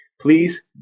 please